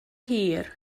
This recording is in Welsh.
hir